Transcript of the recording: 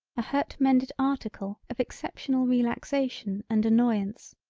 a hurt mended article of exceptional relaxation and annoyance,